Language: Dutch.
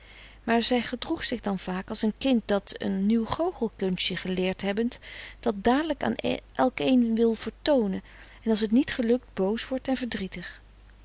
maar zij gedroeg zich dan vaak als een kind dat frederik van eeden van de koele meren des doods een nieuw goochelkunstje geleerd hebbend dat dadelijk aan elkeen wil vertoonen en als het niet gelukt boos wordt en verdrietig